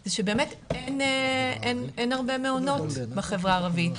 זה שאין הרבה מעונות בחברה הערבית.